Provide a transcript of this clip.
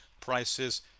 prices